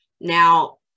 Now